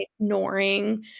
ignoring